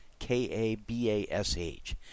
K-A-B-A-S-H